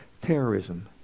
terrorism